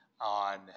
on